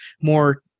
more